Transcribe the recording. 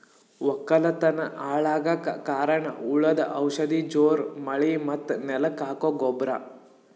ವಕ್ಕಲತನ್ ಹಾಳಗಕ್ ಕಾರಣ್ ಹುಳದು ಔಷಧ ಜೋರ್ ಮಳಿ ಮತ್ತ್ ನೆಲಕ್ ಹಾಕೊ ಗೊಬ್ರ